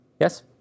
Yes